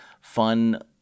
fun